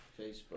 Facebook